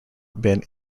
been